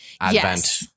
Advent